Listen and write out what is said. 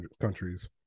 countries